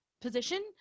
position